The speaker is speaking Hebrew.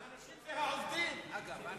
האנשים הם העובדים, אגב.